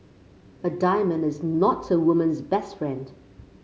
a diamond is not a woman's best friend